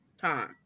time